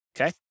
Okay